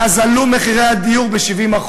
מאז עלו מחירי הדיור ב-70%,